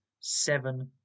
seven